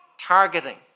targeting